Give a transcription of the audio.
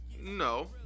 no